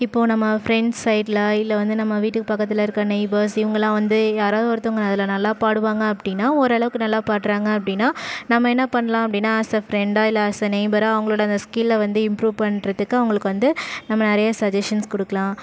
இப்போ நம்ம ஃப்ரெண்ட்ஸ் சைடில் இல்லை வந்து நம்ம வீட்டுக்கு பக்கத்தில் இருக்கிற நெய்பர்ஸ் இவர்களாம் வந்து யாராவது ஒருத்தவங்க அதில் நல்லா பாடுவாங்க அப்படினா ஓரளவுக்கு நல்லா பாடுகிறாங்க அப்படின்னா நம்ம என்ன பண்ணலாம் அப்படின்னா as a friend ah as a neighbour ah அவர்களோட அந்த ஸ்கில்லை வந்து இம்ப்ரூவ் பண்ணறதுக்கு அவர்களுக்கு வந்து நம்ம நிறைய சஜஷன்ஸ் கொடுக்கலாம்